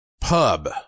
Pub